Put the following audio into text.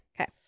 Okay